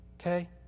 okay